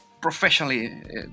professionally